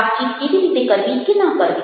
વાતચીત કેવી રીતે કરવી કે ન કરવી